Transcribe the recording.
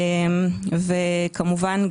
וכמובן,